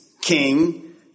king